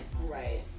Right